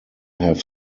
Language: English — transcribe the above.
have